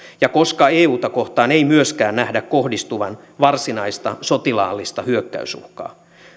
ja koska euta kohtaan ei myöskään nähdä kohdistuvan varsinaista sotilaallista hyökkäysuhkaa